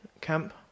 camp